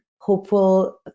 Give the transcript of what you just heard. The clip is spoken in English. hopeful